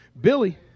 Billy